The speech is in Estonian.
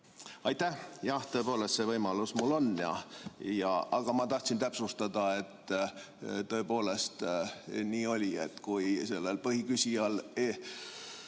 Aitäh! Jah, tõepoolest see võimalus mul on. Aga ma tahtsin täpsustada, et tõepoolest nii oli: kui põhiküsijale